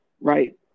right